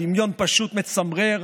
הדמיון פשוט מצמרר,